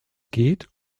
geht